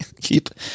keep